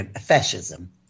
fascism